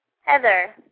Heather